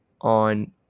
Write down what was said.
on